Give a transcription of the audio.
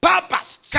Purpose